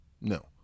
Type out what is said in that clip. No